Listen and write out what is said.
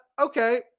okay